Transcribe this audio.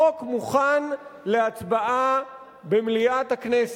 החוק מוכן להצבעה במליאת הכנסת,